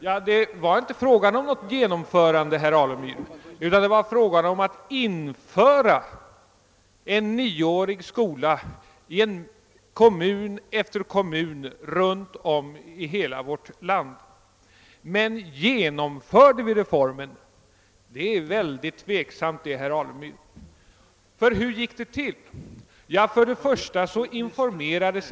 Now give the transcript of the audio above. Ja, det var inte fråga om något genomförande utan det var fråga om att införa en 9-årig skola i kommun efter kommun runt om i hela vårt land. Men genomförde vi reformen? Det är väldigt tveksamt, herr Alemyr.